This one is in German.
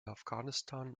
afghanistan